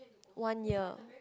one year